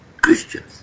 Christians